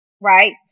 right